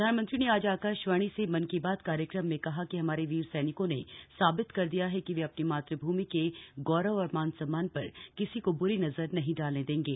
प्रधानमंत्री ने आज आकाशवाणी से मन की बात कार्यक्रम में कहा कि हमारे वीर सैनिकों ने साबित कर दिया है कि वे अपनी मातृभूमि के गौरव और मान सम्मान पर किसी को बुरी नजर नहीं डालने देंगे